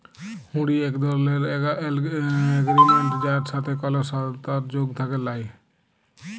হুঁড়ি এক ধরলের এগরিমেনট যার সাথে কল সরতর্ যোগ থ্যাকে ল্যায়